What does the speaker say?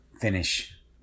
finish